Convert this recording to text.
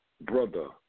Brother